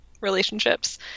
relationships